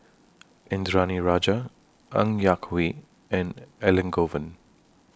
Indranee Rajah Ng Yak Whee and Elangovan